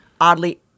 oddly